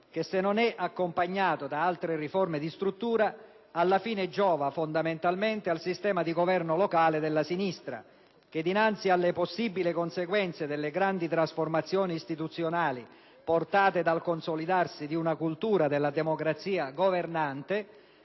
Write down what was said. che, se non accompagnato da altre riforme di struttura, alla fine giova fondamentalmente al sistema di governo locale della sinistra, che dinanzi alle possibili conseguenze delle grandi trasformazioni istituzionali portate dal consolidarsi di una cultura della democrazia governante,